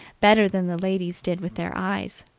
better than the ladies did with their eyes.